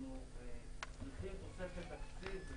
אנחנו צריכים תוספת תקציב.